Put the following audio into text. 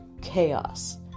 chaos